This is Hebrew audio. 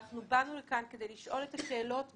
באנו לכאן כדי לשאול את השאלות בשבילכם.